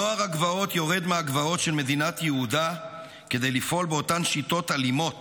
נוער הגבעות יורד מהגבעות של מדינת יהודה כדי לפעול באותן שיטות אלימות